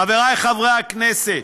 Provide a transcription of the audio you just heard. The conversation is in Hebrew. חבריי חברי הכנסת,